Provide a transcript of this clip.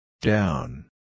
Down